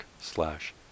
slash